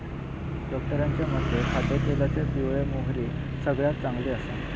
डॉक्टरांच्या मते खाद्यतेलामध्ये पिवळी मोहरी सगळ्यात चांगली आसा